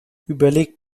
überlegt